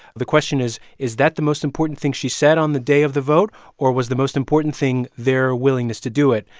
the question is, is that the most important thing she said on the day of the vote or was the most important thing their willingness to do it?